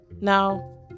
Now